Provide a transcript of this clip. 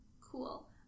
cool